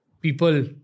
people